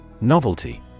Novelty